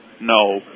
no